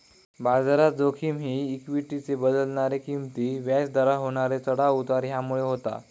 बाजारात जोखिम ही इक्वीटीचे बदलणारे किंमती, व्याज दरात होणारे चढाव उतार ह्यामुळे होता